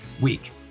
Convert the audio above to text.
Week